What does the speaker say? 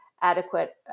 adequate